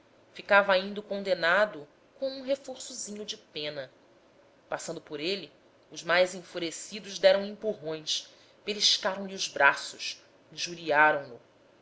ficava ainda o condenado com um reforçozinho de pena passando por ele os mais enfurecidos deram empurrões beliscaram lhe os braços